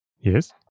Yes